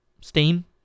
Steam